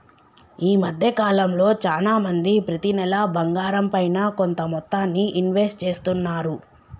ఈ మద్దె కాలంలో చానా మంది ప్రతి నెలా బంగారంపైన కొంత మొత్తాన్ని ఇన్వెస్ట్ చేస్తున్నారు